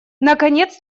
наконец